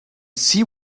see